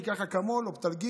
ניקח אקמול, אופטלגין.